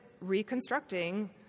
reconstructing